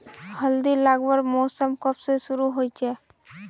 हल्दी लगवार मौसम कब से शुरू होचए?